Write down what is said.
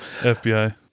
FBI